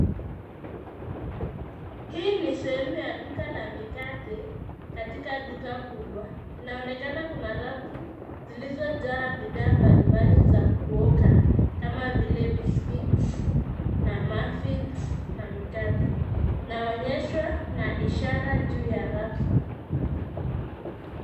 Hii ni sehemu ya duka la mikate katika duka kubwa inaonekana. Kuna rafu zilizojaa bidhaa mbalimbali za kuoka kama vile biscuits na muffins na mikate inaonyeshwa na ishara juu ya rafu.